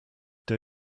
they